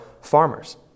farmers